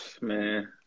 Man